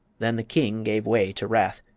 then the king gave way to wrath.